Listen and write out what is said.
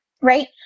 Right